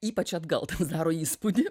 ypač atgal tau daro įspūdį